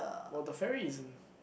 well the fair way as in